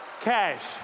Cash